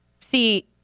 see